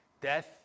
Death